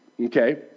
okay